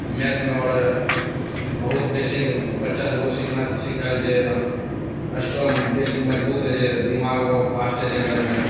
मैथमे आओर बहुत बेसी बच्चा सभक सीखना सिखैल छै अस्ट्रोंग बेस मजबूत होइ छै दिमाग बहुत फास्ट होइ छै मैथमे